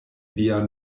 lia